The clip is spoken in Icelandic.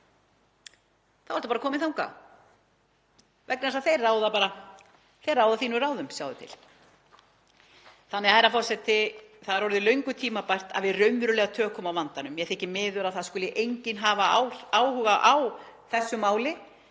Þá er þetta bara komið þangað vegna þess að þeir ráða þínum ráðum, sjáðu til. Herra forseti. Það er orðið löngu tímabært að við raunverulega tökum á vandanum. Mér þykir miður að það skuli enginn hafa áhuga á þessu máli